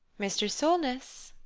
mr. solness,